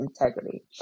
integrity